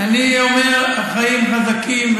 אני אומר: החיים חזקים.